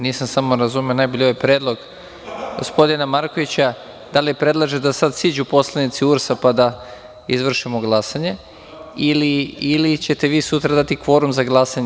Nisam najbolje razumeo ovaj predlog gospodina Markovića, da li predlaže da sad siđu poslanici URS-a pa da izvršimo glasanje ili ćete vi sutra dati kvorum za glasanje?